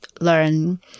learn